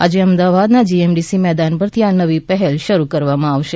આજે અમદાવાદના જીએમડીસી મેદાન પરથી આ નવી પહેલ શરૂ કરવામાં આવશે